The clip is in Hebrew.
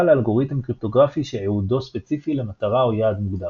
לאלגוריתם קריפטוגרפי שייעודו ספציפי למטרה או יעד מוגדר.